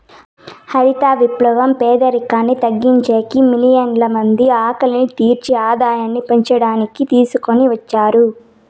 హరిత విప్లవం పేదరికాన్ని తగ్గించేకి, మిలియన్ల మంది ఆకలిని తీర్చి ఆదాయాన్ని పెంచడానికి తీసుకొని వచ్చారు